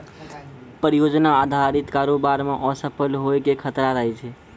परियोजना अधारित कारोबार मे असफल होय के खतरा रहै छै